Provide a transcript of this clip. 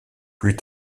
plus